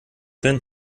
hin